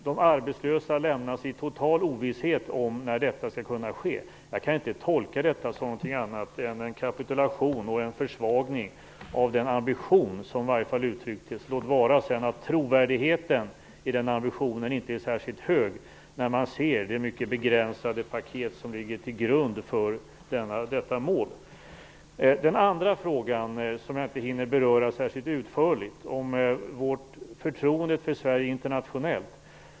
De arbetslösa lämnas i total ovisshet om när det skall kunna ske. Jag kan inte tolka detta som någonting annat än en kapitulation och en försvagning av den ambition som uttrycktes - låt vara att trovärdigheten i den ambitionen inte är särskilt hög med tanke på det mycket begränsade paket som ligger till grund för detta mål. Den andra frågan - som jag inte hinner beröra särskilt utförligt - gäller förtroendet för Sverige internationellt.